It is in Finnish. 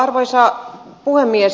arvoisa puhemies